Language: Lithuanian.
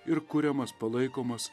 ir kuriamas palaikomas